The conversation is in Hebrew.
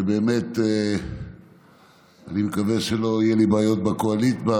ואני מקווה שלא יהיו לי בעיות באופוזיציה,